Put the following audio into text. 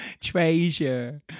Treasure